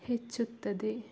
ಹೆಚ್ಚುತ್ತದೆ